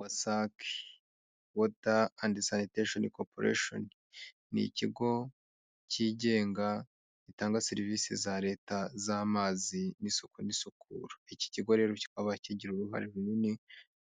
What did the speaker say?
Wasac water and sanitation corporation. Ni ikigo cyigenga gitanga serivisi za leta z'amazi n'isuku n'isukura, iki kigo reroba kigira uruhare runini